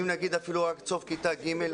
אפילו עד סוף כיתה ג',